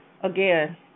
again